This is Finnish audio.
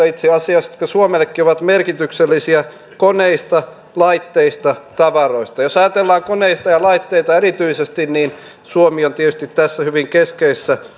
itse asiassa sellaisista asioista jotka suomellekin ovat merkityksellisiä koneista laitteista tavaroista jos ajatellaan koneita ja laitteita erityisesti niin suomi on tietysti tässä hyvin keskeisessä